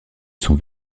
son